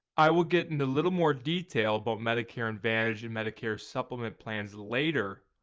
i will get into little more detail about medicare advantage and medicare supplement plans later,